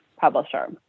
publisher